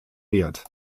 wert